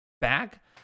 back